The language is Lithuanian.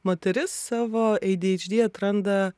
moteris savo ei dy eidž dy atranda